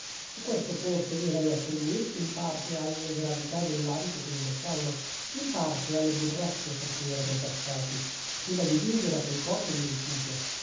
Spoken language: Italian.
e questo forse era da attribuirsi in parte alle gravità dell'abito che indossavano in parte alle burrasche per cui erano passati prima di giungere a quel porto di rifugio